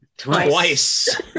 Twice